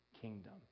kingdom